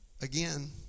Again